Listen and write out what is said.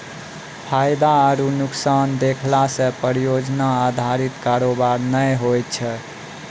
फायदा आरु नुकसान देखला से परियोजना अधारित कारोबार नै होय छै